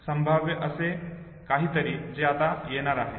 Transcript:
संभाव्य असे काहीतरी जे आता येणार आहे